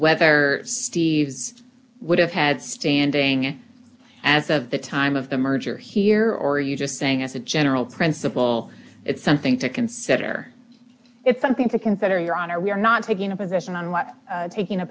whether steve would have had standing as of the time of the merger here or you just saying as a general principle it's something to consider it something to consider your honor we're not taking a position on what taking a